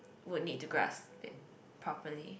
would need to grasp it properly